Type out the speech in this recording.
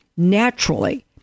naturally